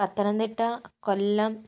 Pathanamthitta Kollam